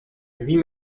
huit